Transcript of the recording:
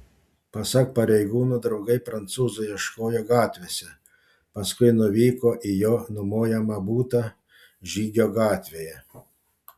pasak pareigūnų draugai prancūzo ieškojo gatvėse paskui nuvyko į jo nuomojamą butą žygio gatvėje